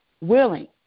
willing